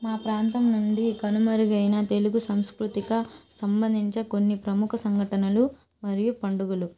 మా ప్రాంతం నుండి కనుమరుగైన తెలుగు సంస్కృతిక సంబంధించి కొన్ని ప్రముఖ సంఘటనలు మరియు పండుగలు